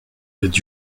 did